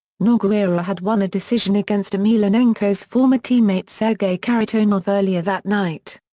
nogueira had won a decision against emelianenko's former teammate sergei kharitonov earlier that night.